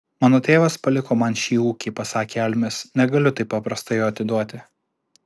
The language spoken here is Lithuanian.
mano tėvas paliko man šį ūkį pasakė almis negaliu taip paprastai jo atiduoti